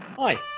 Hi